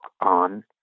on